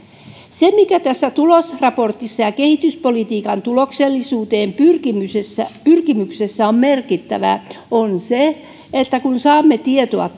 se mikä tässä tulosraportissa ja kehityspolitiikan tuloksellisuuteen pyrkimyksessä pyrkimyksessä on merkittävää on se että kun saamme tietoa